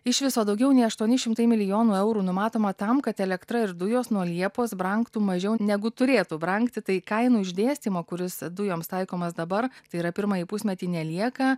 iš viso daugiau nei aštuoni šimtai milijonų eurų numatoma tam kad elektra ir dujos nuo liepos brangtų mažiau negu turėtų brangti tai kainų išdėstymo kuris dujoms taikomas dabar tai yra pirmąjį pusmetį nelieka